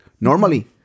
normally